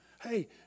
Hey